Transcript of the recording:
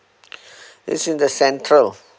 it's in the central